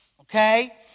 okay